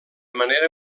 manera